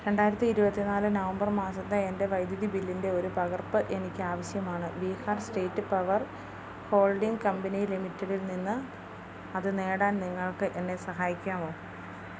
രണ്ടായിരത്തി ഇരുപത്തിനാല് നവംബർ മാസത്തെ എൻ്റെ വൈദ്യുതി ബില്ലിൻ്റെ ഒരു പകർപ്പ് എനിക്ക് ആവശ്യമാണ് Bihar state power holding company ലിമിറ്റഡിൽനിന്ന് അത് നേടാൻ നിങ്ങൾക്ക് എന്നെ സഹായിക്കാമോ